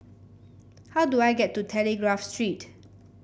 how do I get to Telegraph Street